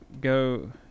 go